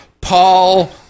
Paul